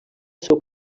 seu